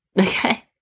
Okay